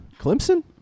Clemson